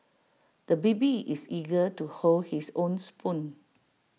the baby is eager to hold his own spoon